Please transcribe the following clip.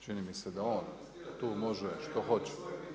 Čini mi se da on tu može što hoće.